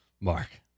Mark